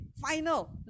Final